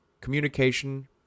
communication